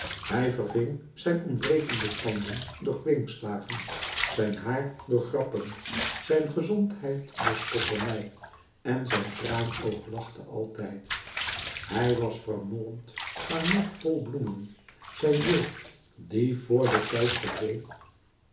hij verving zijn ontbrekende tanden door kwinkslagen zijn haar door grappen zijn gezondheid door spotternij en zijn traanoog lachte altijd hij was vermolmd maar nog vol bloemen zijn jeugd die vr den tijd verdween